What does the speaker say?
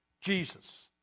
Jesus